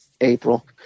April